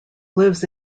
lives